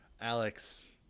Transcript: Alex